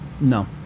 No